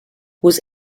was